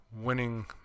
winning